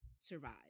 survive